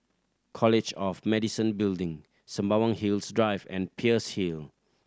college of Medicine Building Sembawang Hills Drive and Peirce Hill